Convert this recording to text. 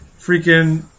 freaking